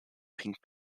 pink